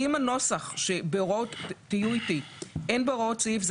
אני מציעה את הנוסח הבא: אין בהוראות סעיף זה